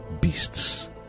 beasts